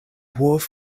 wharf